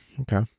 Okay